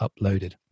uploaded